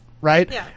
right